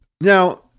now